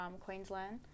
Queensland